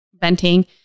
venting